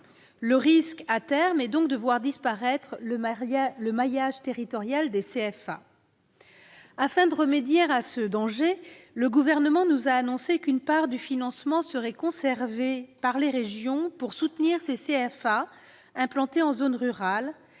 Le risque à terme est donc de voir disparaître le maillage territorial des CFA. Afin de remédier à ce danger, le Gouvernement nous a annoncé qu'une part du financement serait conservée par les régions pour soutenir les CFA implantés en zone rurale.